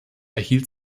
erhielt